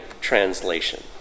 translation